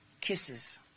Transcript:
kisses